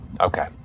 Okay